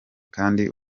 kandi